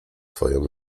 swoją